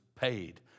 paid